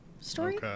story